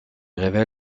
révèle